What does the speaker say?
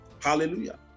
Hallelujah